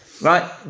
right